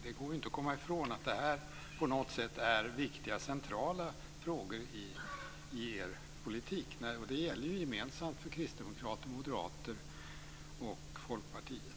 Det går inte att komma ifrån att detta är viktiga centrala frågor i er politik. Det gäller gemensamt för kristdemokrater, moderater och folkpartister.